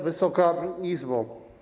Wysoka Izbo!